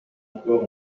encore